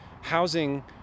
housing